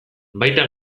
baita